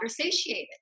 satiated